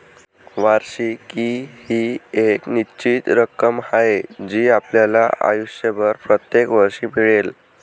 वार्षिकी ही एक निश्चित रक्कम आहे जी आपल्याला आयुष्यभर प्रत्येक वर्षी मिळेल